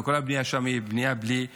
וכל הבנייה שם היא בנייה בלתי היתרים.